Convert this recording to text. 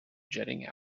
jetting